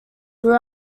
grew